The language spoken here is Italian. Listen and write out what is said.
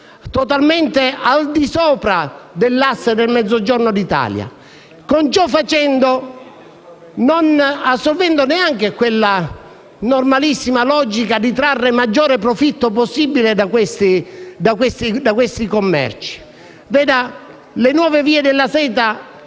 totalmente al di sopra dell'asse del Mezzogiorno d'Italia, con ciò non assolvendo nemmeno a quella normalissima logica di trarre il maggiore profitto possibile da questi commerci. Le nuove vie della seta